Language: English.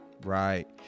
Right